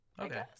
Okay